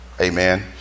amen